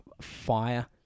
fire